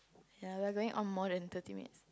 ya we are going on more than thirty minutes